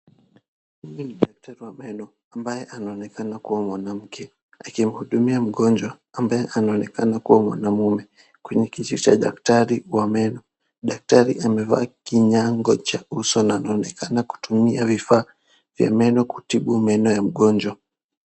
Huyu ni daktari wa meno ambaye anaonekana kuwa mwanamke akimhudumia mgonjwa ambaye anaonekana kuwa mwanaume kwenye kiti cha daktari wa meno. Daktari amevaa kinyango cha uso na anaonekana kutumia vifaa vya meno kutibu meno ya mgonjwa.